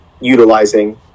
utilizing